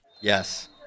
Yes